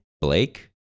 Blake